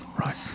right